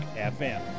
FM